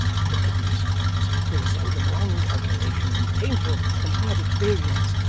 look at these figures, the result of long calculation, and painful and hard experience.